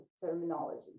terminology